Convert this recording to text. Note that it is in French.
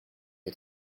est